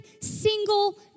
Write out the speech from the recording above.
single